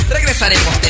Regresaremos